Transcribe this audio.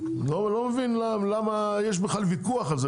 אני לא מבין למה בכלל יש ויכוח על זה.